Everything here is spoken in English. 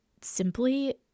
simply